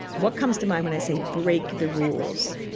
what comes to mind when i say break the rules?